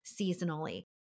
seasonally